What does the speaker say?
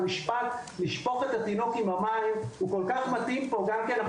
המשפט: לשפוך את התינוק עם המים הוא כל כך מתאים פה כי אנחנו